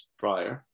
prior